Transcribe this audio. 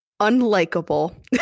Unlikable